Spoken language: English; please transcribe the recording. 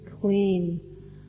clean